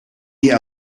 die